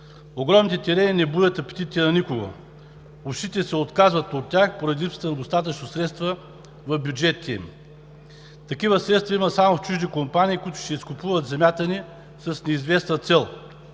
Огромните терени не будят апетитите за никого. Общините се отказват от тях поради липсата на достатъчно средства в бюджетите им. Такива средства има само в чужди компании, които ще изкупуват земята ни с неизвестна цел.